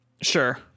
Sure